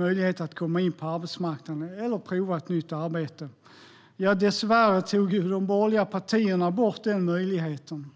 möjlighet att komma in på arbetsmarknaden eller prova ett nytt arbete. Dessvärre tog de borgerliga partierna bort den möjligheten.